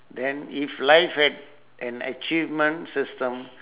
then if life had an achievement system